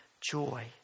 joy